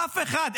אף אחד?